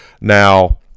Now